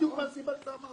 בדיוק מהסיבה שאמרת.